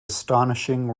astonishing